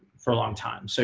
for a long time. so